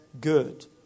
good